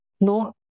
no